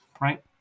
right